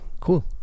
cool